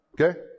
Okay